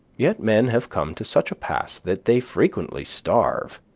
yet men have come to such a pass that they frequently starve,